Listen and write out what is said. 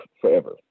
forever